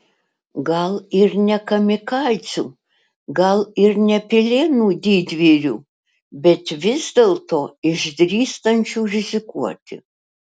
gal ir ne kamikadzių gal ir ne pilėnų didvyrių bet vis dėlto išdrįstančių rizikuoti